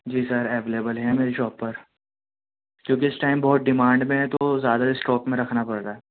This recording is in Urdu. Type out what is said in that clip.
جی سر اویلیبل ہے میری شاپ پر کیوں کہ اِس ٹائم بہت ڈیمانڈ میں ہے تو زیادہ اسٹاک میں رکھنا پڑ رہا ہے